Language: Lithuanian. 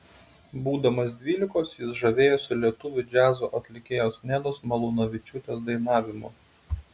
būdamas dvylikos jis žavėjosi lietuvių džiazo atlikėjos nedos malūnavičiūtės dainavimu